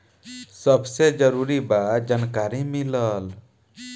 सबसे जरूरी बा जानकारी मिलल